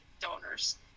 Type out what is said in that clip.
donors